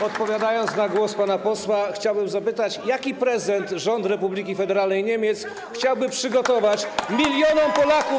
Odpowiadając na głos pana posła, chciałbym zapytać, jaki prezent rząd Republiki Federalnej Niemiec chciałby przygotować milionom Polaków.